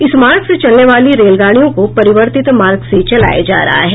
इस मार्ग से चलने वाली रेलगाड़ियों को परिवर्तित मार्ग से चलाया जा रहा है